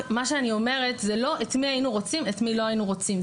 אני אומרת זה לא את מי היינו רוצים ואת מי לא היינו רוצים.